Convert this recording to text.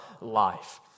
life